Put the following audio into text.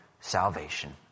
salvation